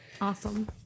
Awesome